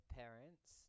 parents